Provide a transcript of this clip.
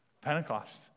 Pentecost